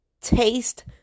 taste